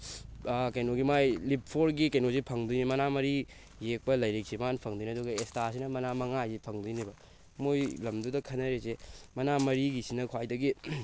ꯀꯩꯅꯣꯒꯤ ꯃꯥꯏ ꯂꯤꯞ ꯐꯣꯔꯒꯤ ꯀꯩꯅꯣꯁꯤ ꯐꯪꯗꯣꯏꯅꯤ ꯃꯅꯥ ꯃꯔꯤ ꯌꯦꯛꯄ ꯂꯥꯏꯔꯤꯛꯁꯤ ꯃꯥꯅ ꯐꯪꯗꯣꯏꯅꯤ ꯑꯗꯨꯒ ꯑꯦꯁꯇꯥꯁꯤꯅ ꯃꯅꯥ ꯃꯉꯥꯁꯦ ꯐꯪꯗꯣꯏꯅꯦꯕ ꯃꯣꯏ ꯂꯝꯗꯨꯗ ꯈꯟꯅꯔꯤꯁꯦ ꯃꯅꯥ ꯃꯔꯤꯒꯤꯁꯤꯅ ꯈ꯭ꯋꯥꯏꯗꯒꯤ